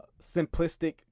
simplistic